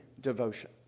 devotion